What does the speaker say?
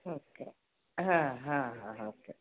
okay ಹಾಂ ಹಾಂ ಹಾಂ ಹಾಂ ಓಕೆ